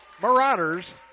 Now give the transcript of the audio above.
Marauders